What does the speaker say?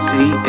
See